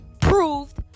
proved